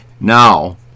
now